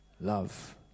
love